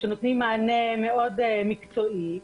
ושנותנים מענה מקצועי מאוד,